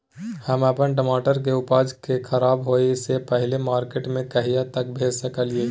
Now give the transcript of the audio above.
हम अपन टमाटर के उपज के खराब होय से पहिले मार्केट में कहिया तक भेज सकलिए?